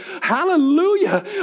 hallelujah